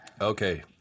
Okay